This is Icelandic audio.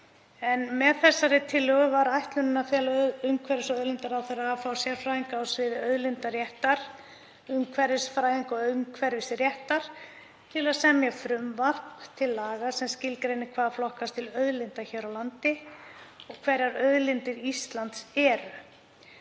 Með þessari tillögu var ætlunin að fela umhverfis- og auðlindaráðherra að fá sérfræðinga á sviði auðlindaréttar, umhverfisfræða og umhverfisréttar til að semja frumvarp til laga sem skilgreindi hvað flokkaðist til auðlinda hér á landi og hverjar auðlindir Íslands væru.